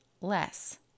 less